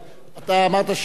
אבל תדע שכבר עברו,